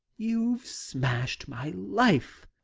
you've smashed my life.